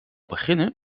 beginnen